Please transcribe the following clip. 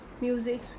music